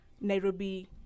Nairobi